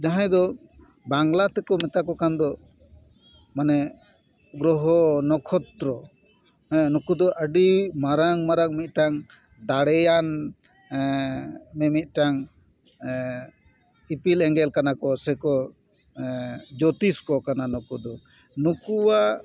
ᱡᱟᱦᱟᱸᱭ ᱫᱚ ᱵᱟᱝᱞᱟ ᱛᱮᱠᱚ ᱢᱮᱛᱟ ᱠᱚ ᱠᱟᱱᱫᱚ ᱢᱟᱱᱮ ᱜᱨᱚᱦᱚ ᱱᱚᱠᱷᱚᱛᱨᱚ ᱦᱮᱸ ᱱᱩᱠᱩ ᱫᱚ ᱟᱹᱰᱤ ᱢᱟᱨᱟᱝ ᱢᱟᱨᱟᱝ ᱢᱤᱫᱴᱟᱝ ᱫᱟᱲᱮᱭᱟᱱ ᱢᱤᱢᱤᱫ ᱴᱟᱝ ᱤᱯᱤᱞ ᱮᱸᱜᱮᱞ ᱠᱟᱱᱟᱠᱚ ᱥᱮ ᱠᱚ ᱡᱳᱛᱤᱥᱠᱚ ᱠᱟᱱᱟ ᱱᱩᱠᱩᱫᱚ ᱱᱩᱠᱩᱣᱟᱜ